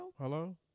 Hello